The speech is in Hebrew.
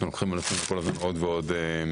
אנחנו לוקחים על עצמנו כל הזמן עוד ועוד משימות.